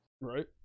right